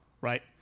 Right